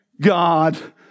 God